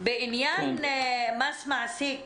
בעניין מס מעסיק